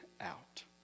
out